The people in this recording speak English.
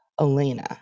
Elena